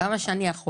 כמה שאני יכול